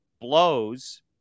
blows